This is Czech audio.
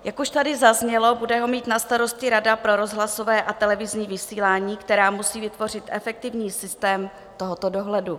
Jak už tady zaznělo, bude ho mít na starosti Rada pro rozhlasové a televizní vysílání, která musí vytvořit efektivní systém tohoto dohledu.